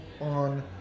on